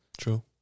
true